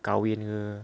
kahwin ke